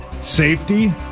Safety